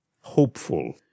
hopeful